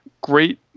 great